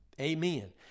Amen